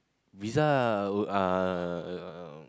pizza oh uh